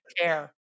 care